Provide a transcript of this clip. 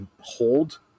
hold